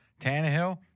Tannehill